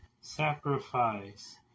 Sacrifice